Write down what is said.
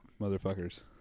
motherfuckers